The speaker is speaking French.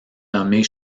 nommée